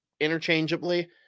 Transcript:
interchangeably